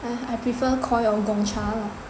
I prefer Koi or Gongcha lah